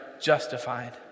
justified